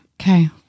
Okay